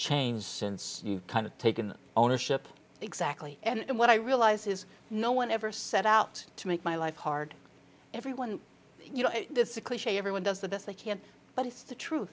changed since you kind of taken ownership exactly and what i realize is no one ever set out to make my life hard everyone you know it's a cliche everyone does the best they can but it's the truth